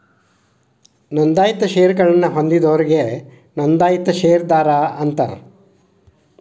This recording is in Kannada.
ನೋಂದಾಯಿತ ಷೇರಗಳನ್ನ ಹೊಂದಿದೋರಿಗಿ ನೋಂದಾಯಿತ ಷೇರದಾರ ಅಂತಾರ